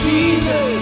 Jesus